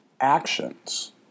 actions